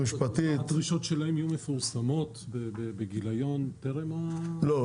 הדרישות שלהם יהיו מפורסמות בגיליון טרם --- לא.